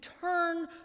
turn